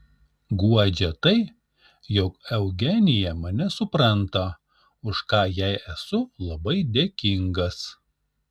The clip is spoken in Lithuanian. guodžia tai jog eugenija mane supranta už ką jai esu labai dėkingas